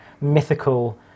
mythical